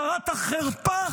שרת החרפה והביזיון.